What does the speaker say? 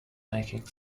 making